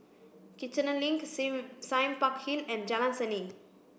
Kiichener Link Sime Park Hill and Jalan Seni